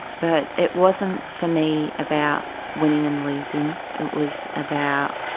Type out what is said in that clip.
but it wasn't, for me, about winning and losing, it was about